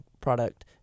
product